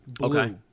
Okay